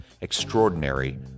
Extraordinary